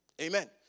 Amen